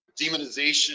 demonization